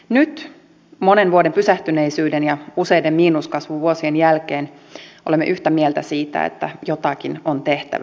nyt monen vuoden pysähtyneisyyden ja useiden miinuskasvun vuosien jälkeen olemme yhtä mieltä siitä että jotakin on tehtävä